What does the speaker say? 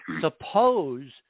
Suppose